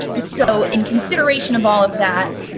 so, in consideration of all of that,